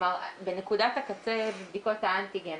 בנקודת הקצה בבדיקת האנטיגן,